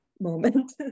moment